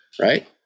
right